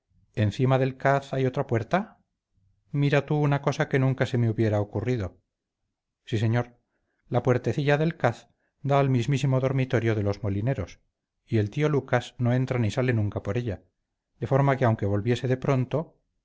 encima del caz hay otra puerta mira tú una cosa que nunca se me hubiera ocurrido sí señor la puertecilla del caz da al mismísimo dormitorio de los molineros y el tío lucas no entra ni sale nunca por ella de forma que aunque volviese pronto